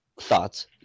Thoughts